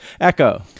Echo